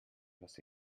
was